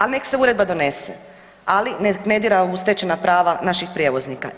Ali nek se uredba donese, ali nek ne dira u stečena prava naših prijevoznika.